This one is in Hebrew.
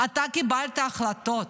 אתה קיבלת החלטות.